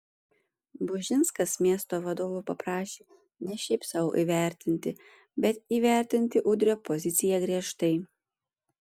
bužinskas miesto vadovų paprašė ne šiaip sau įvertinti bet įvertinti udrio poziciją griežtai